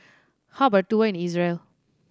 how about a tour in Israel